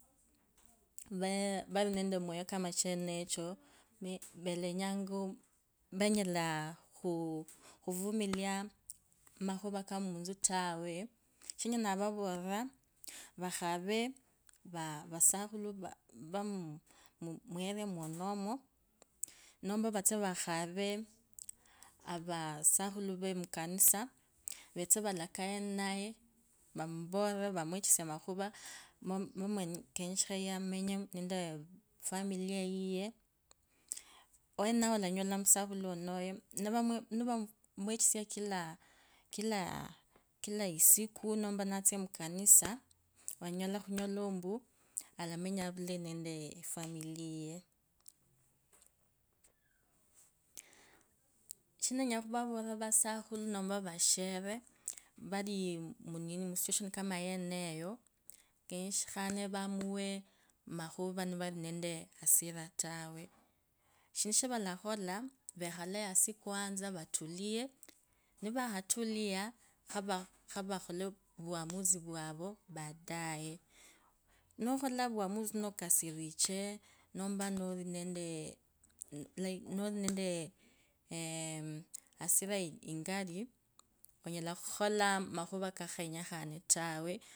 𝖵𝖾𝖾𝖾 𝗏𝖺𝗅𝗂𝗇𝖾𝗇𝖽𝖾 𝖾𝗆𝗐𝗈𝗒𝗈 𝗄𝖺𝗆𝖺 𝖼𝗁𝖾𝗇𝖾𝖼𝗁𝗈 𝗏𝖾 𝗏𝖺𝗅𝖾𝗇𝗀𝗈𝗀𝗈 𝗆𝖻𝗎𝗎 𝗏𝖺𝗇𝗒𝖺𝗅𝖺 𝗄𝗁𝗎𝗎 𝗄𝗁𝗎𝗏𝗎𝗆𝗂𝗅𝗂𝖺 𝗆𝖺𝗄𝗁𝗎𝗋𝖺 𝗄𝖺𝗆𝗎𝗍𝗌𝗎 𝗍𝖺𝗐𝖾 𝗌𝗁𝖾𝗇𝗒𝖺𝗅𝖺 𝗇𝖺𝗏𝖺𝗏𝗈𝗋𝗂𝗋𝖺 𝗏𝖺𝗄𝗁𝖺𝗋𝖾 𝗏𝖺-𝗏𝖺𝗌𝖺 𝗄𝗁𝗎𝗅𝗎 𝗏𝖺𝗋𝖺𝗆 𝖾𝗋𝖾𝖺 𝗒𝖾𝗇𝖾𝗒𝗈 𝗇𝗈𝗆𝖻𝖺 𝗏𝖺𝗍𝗌𝗂𝖾 𝗏𝖺𝗄𝗁𝖺𝗋𝖾 𝗏𝖺𝗆𝗎𝗏𝗈𝗋𝗂𝗋𝖾 𝗏𝖺𝗆𝗐𝖾𝖼𝗁𝖾𝗌𝗂𝖺 𝗆𝖺𝗄𝗁𝗎𝗋𝖺 𝗆𝗐𝗈 𝗆𝗐𝗈𝗄𝖾𝗇𝗒𝖺 𝗄𝗁𝖺𝗇𝖾 𝖺𝗆𝖺𝗇𝗒𝖾 𝗇𝖾𝗇𝖽𝖾 𝖾𝖿𝖺𝗆𝗂𝗅𝗒𝖺 𝗒𝗂𝗒𝖾 𝗐𝖾𝗇𝖺𝗈 𝗈𝗅𝖺𝗇𝗒𝖺𝗅𝖾 𝗆𝗎𝗌𝖺𝗄𝗁𝗎𝗅𝗎 𝗐𝖾𝗇𝗈𝗒𝗈 𝗇𝗂𝗏𝖺-𝗏𝗂𝗏𝖺𝗆 𝗇𝗂𝗏𝖺𝗆𝗐𝖾𝖼𝗁𝖾𝗌𝗂𝖺 𝗄𝗎𝗅𝖺 𝗄𝗎𝗅𝖺 𝗂𝗌𝗎𝗄𝗎 𝗇𝗈𝗆𝖻𝖺 𝗇𝖺𝗍𝗌𝗈 𝗆𝗎𝗄𝖺𝗇𝗂𝗌𝖺 𝗈𝗇𝗒𝖺𝗅𝖺 𝗄𝗁𝗎𝗇𝗒𝗈𝗅𝖺 𝗈𝗆𝖻𝗎 𝗈𝗅𝖺𝗆𝖺𝗇𝗒𝖺𝗇𝗀𝖺 𝗏𝗎𝗅𝖺𝗒𝗂 𝗇𝖾𝗇𝖽𝖾 𝖾𝖿𝗈𝗆𝗂𝗅𝗒𝖺 𝗒𝗂𝗒𝖾 𝗌𝗁𝖾𝗇𝖾𝗇𝗒𝖺 𝗄𝗁𝗎𝗏𝖺𝗏𝗈𝗋𝗂𝗋𝖺 𝗏𝖺𝗌𝖺𝗄𝗁𝗎𝗅𝗎 𝗇𝗈𝗆𝖻𝖺 𝗏𝖺𝗌𝗁𝖾𝗋𝖾 𝗏𝖺𝗅𝗂 𝗆𝗎 𝗇𝗂𝗇𝗂 𝗆𝗎𝗌𝗂𝗍𝗎𝖺𝗍𝗂𝗈𝗇 𝗄𝖺𝗆𝖺 𝗒𝖾𝗇𝖾𝗒𝗈 𝗄𝖾𝗇𝗒𝖺𝗄𝗁𝖺𝗇𝖾 𝗏𝖺𝗆𝗎𝗐𝖾 𝗆𝗎𝗄𝗁𝗎𝗋𝖺 𝗇𝗂𝗏𝖺𝗋𝗂 𝗇𝖾𝗇𝖽𝖾 𝗁𝖺𝗌𝗂𝗋𝖺 𝗍𝖺𝗐𝖾 𝗌𝗁𝗂𝗇𝖽𝗎 𝗌𝗁𝖺𝗏𝖺𝗅𝖺𝗄𝗁𝗈𝗅𝖺 𝗏𝖾𝗄𝗁𝖺𝗅𝖾 𝗏𝗐𝖺𝗆𝗎𝗓𝗂 𝗋𝗐𝖺𝗏𝗈 𝖻𝖺𝖺𝖽𝖺𝖾 𝗇𝗈𝗄𝗁𝗈𝗅𝖺 𝗏𝗐𝖺𝗆𝗎𝗌𝗂 𝗇𝗈𝗄𝖺𝗌𝗂𝗋𝗂𝖼𝗁𝖾 𝗇𝗈𝗆𝖻𝖺 𝗇𝗎𝗋𝗂𝗇𝖾𝗇𝖽𝖾𝖾 𝗅𝗂𝗄𝖾 𝗇𝗈𝗋𝗂𝗇𝖾𝗇𝖽𝖾𝖾 𝗁𝖺𝗌𝗂𝗋𝗂 𝗂𝗇𝗀𝖺𝗅𝗂 𝗎𝗇𝗒𝖺𝗅𝖺 𝗄𝗁𝗎𝗄𝗁𝗎𝗅𝖺 𝗆𝖺𝗄𝗁𝗎𝗋𝖺 𝗄𝖾𝗇𝗒𝖾𝗇𝗒𝖾𝗄𝗁𝖺𝗇𝖾.